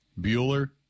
Bueller